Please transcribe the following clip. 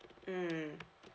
mmhmm